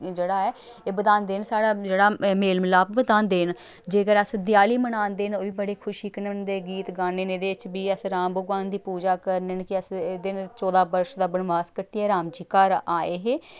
जेह्ड़ा ऐ एह् बधांदे न साढ़ा जेह्ड़ा मेल मलाप बधांदे न जेकर अस देआली मनांदे न ओह् बी बड़े खुशी कन्नै होंदे गीत गाने न एह्दे च बी अस राम भगोआन दी पूजा करने न कि अस एह्दे न चौदां बर्श दा बनवास कट्टियै राम जी घर आए हे